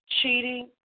cheating